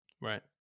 Right